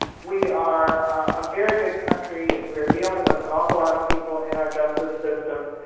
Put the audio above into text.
we are a very big country, we're dealing with an awful lot of people in our justice system,